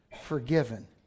forgiven